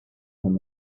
from